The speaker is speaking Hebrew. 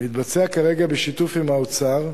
מתבצע כרגע בשיתוף עם האוצר,